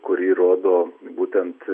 kurį rodo būtent